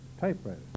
typewriter